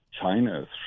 China